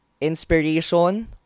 inspiration